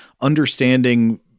understanding